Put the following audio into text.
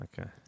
Okay